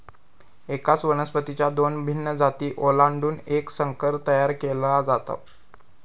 एकाच वनस्पतीच्या दोन भिन्न जाती ओलांडून एक संकर तयार केला जातो